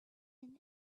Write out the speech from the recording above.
and